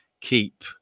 keep